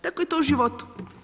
Tako je to i u životu.